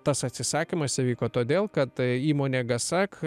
tas atsisakymas įvyko todėl kad įmonė gasak